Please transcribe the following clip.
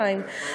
חיים,